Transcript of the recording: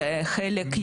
וחלק.